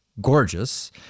gorgeous